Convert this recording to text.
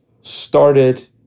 started